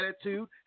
attitude